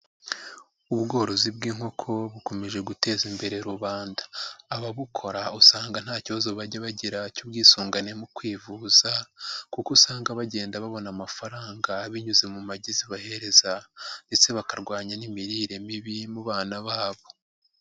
Ubworozi bw'inkoko bukomeje guteza imbere rubanda, ababukora usanga nta kibazo bajya bagira cy'ubwisungane mu kwivuza kuko usanga bagenda babona amafaranga binyuze mu magi zibahereza ndetse bakarwanya n'imirire mibi mu bana babo.